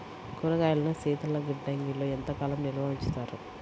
కూరగాయలను శీతలగిడ్డంగిలో ఎంత కాలం నిల్వ ఉంచుతారు?